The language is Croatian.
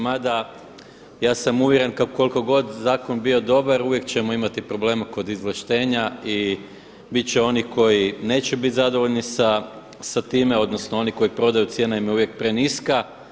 Mada ja sam uvjeren koliko god zakon bio dobar uvijek ćemo imati problema kod izvlaštenja i bit će onih koji neće bit zadovoljni sa time, odnosno oni koji prodaju cijena im je uvijek preniska.